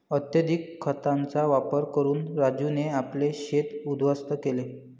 अत्यधिक खतांचा वापर करून राजूने आपले शेत उध्वस्त केले